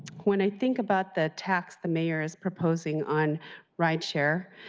when i think about the tax the mayor is proposing, on rideshare,